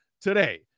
today